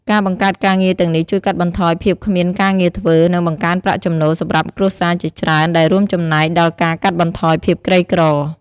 ការបង្កើតការងារទាំងនេះជួយកាត់បន្ថយភាពគ្មានការងារធ្វើ និងបង្កើនប្រាក់ចំណូលសម្រាប់គ្រួសារជាច្រើន ដែលរួមចំណែកដល់ការកាត់បន្ថយភាពក្រីក្រ។